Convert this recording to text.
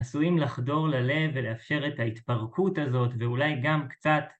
עשויים לחדור ללב ולאפשר את ההתפרקות הזאת ואולי גם קצת